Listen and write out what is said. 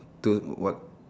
two what